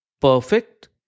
perfect